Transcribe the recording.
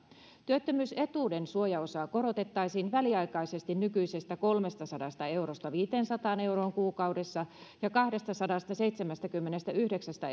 työttömyysetuuden suojaosaa korotettaisiin väliaikaisesti nykyisestä kolmestasadasta eurosta viiteensataan euroon kuukaudessa ja kahdestasadastaseitsemästäkymmenestäyhdeksästä